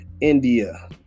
India